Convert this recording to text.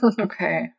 Okay